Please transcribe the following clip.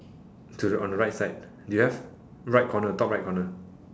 to the on the right side you have right corner top right corner